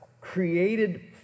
created